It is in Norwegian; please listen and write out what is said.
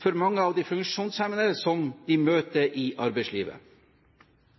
som mange av de funksjonshemmede møter i arbeidslivet.